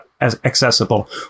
accessible